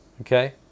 Okay